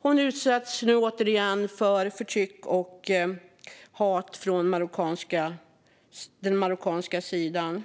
Hon utsätts nu återigen för förtryck och hat från den marockanska sidan.